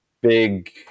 big